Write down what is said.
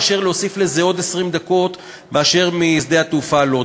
מאשר להוסיף לזה עוד 20 דקות משדה התעופה לוד.